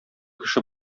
кеше